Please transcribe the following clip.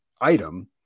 item